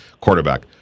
quarterback